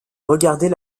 regardait